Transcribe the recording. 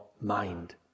mind